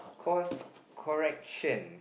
cause correction